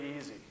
easy